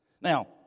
Now